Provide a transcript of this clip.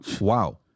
Wow